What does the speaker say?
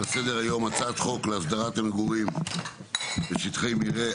על סדר-היום: הצעת חוק להסדרת המגורים בשטחי מרעה,